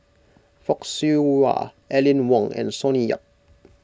Fock Siew Wah Aline Wong and Sonny Yap